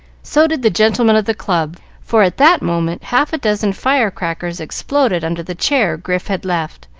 so did the gentlemen of the club, for at that moment half-a-dozen fire-crackers exploded under the chair grif had left,